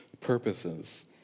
purposes